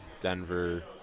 Denver